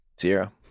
zero